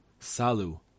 Salu